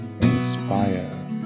inspire